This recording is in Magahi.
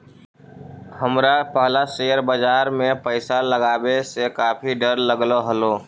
हमरा पहला शेयर बाजार में पैसा लगावे से काफी डर लगअ हलो